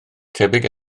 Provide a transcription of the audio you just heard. tebyg